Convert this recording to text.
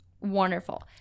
wonderful